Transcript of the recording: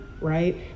right